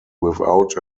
without